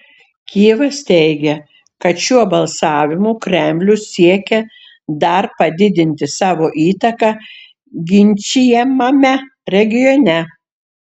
kijevas teigia kad šiuo balsavimu kremlius siekė dar padidinti savo įtaką ginčijamame regione